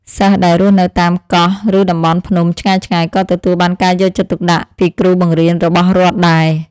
សិស្សដែលរស់នៅតាមកោះឬតំបន់ភ្នំឆ្ងាយៗក៏ទទួលបានការយកចិត្តទុកដាក់ពីគ្រូបង្រៀនរបស់រដ្ឋដែរ។